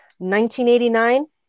1989